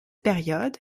période